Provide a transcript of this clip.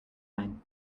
ein